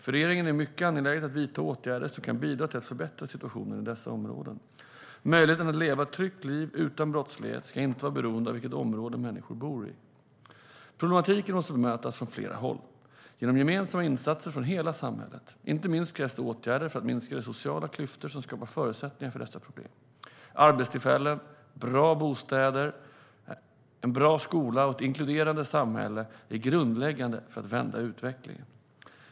För regeringen är det mycket angeläget att vidta åtgärder som kan bidra till att förbättra situationen i dessa områden. Möjligheten att leva ett tryggt liv utan brottslighet ska inte vara beroende av vilket område människor bor i. Problematiken måste bemötas från flera håll och genom gemensamma insatser från hela samhället. Inte minst krävs det åtgärder för att minska de sociala klyftor som skapar förutsättningar för dessa problem. Arbetstillfällen, bra bostäder, en bra skola och ett inkluderande samhälle är grundläggande för att vända utvecklingen.